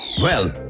well,